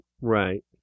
Right